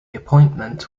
appointment